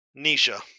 Nisha